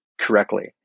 correctly